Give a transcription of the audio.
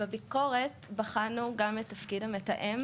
בביקורת בחנו גם את תפקיד המתאם,